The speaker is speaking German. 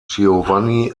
giovanni